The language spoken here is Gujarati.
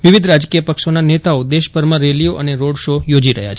વિવિધ રાજકીય પક્ષોના નેતાઓ દેશભરમાં રેલીઓ અને રોડ શો યોજી રહ્યા છે